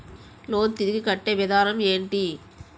Loan తిరిగి కట్టే విధానం ఎంటి?